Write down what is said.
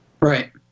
Right